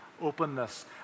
openness